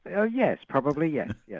you know yes, probably yes. yeah